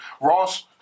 Ross